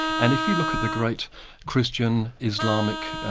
and if you look at the great christian, islamic,